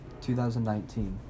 2019